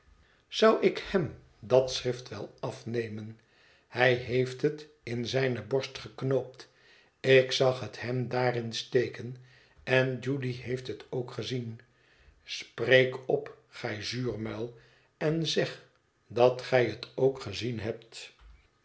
zou ik hem dat schrift wel afnemen hij heeft het in zijne borst geknoopt ik zag het hem daarin steken en judy heeft het ook gezien spreek op gij zuurmuil en zeg dat gij het ook gezien hebt